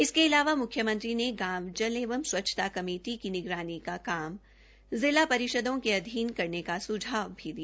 इसके अलावा मुख्यमंत्री ने गांव जल एवं स्वच्छता कमेटी की निगरानी का काम जिला परिषदों के अधीन करने का सुझाव भी दिया